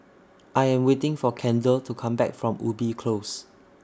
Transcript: I Am waiting For Kendell to Come Back from Ubi Close